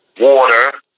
water